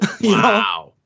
Wow